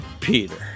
Peter